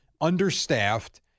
Understaffed